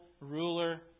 ruler